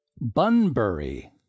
Bunbury